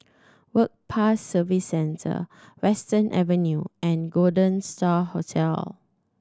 Work Pass Services Centre Western Avenue and Golden Star Hotel